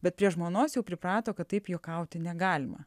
bet prie žmonos jau priprato kad taip juokauti negalima